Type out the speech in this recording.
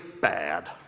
bad